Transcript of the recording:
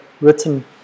written